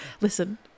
Listen